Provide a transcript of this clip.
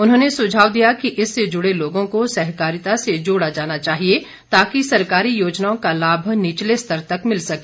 उन्होंने सुझाव दिया कि इससे जुड़े लोगों को सहकारिता से जोड़ा जाना चाहिए ताकि सरकारी योजनाओं का लाभ निचले स्तर तक मिल सके